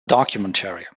documentary